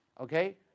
Okay